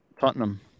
Tottenham